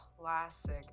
classic